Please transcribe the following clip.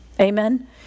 Amen